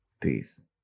Peace